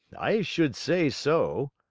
i should say so,